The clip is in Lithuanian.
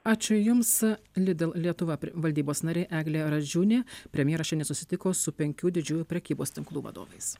ačiū jums lidl lietuva valdybos narė eglė radžiūnė premjeras šiandien susitiko su penkių didžiųjų prekybos tinklų vadovais